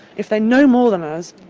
if they know more than us,